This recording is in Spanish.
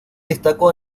destacó